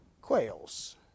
Quails